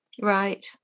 Right